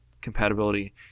compatibility